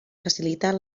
facilitar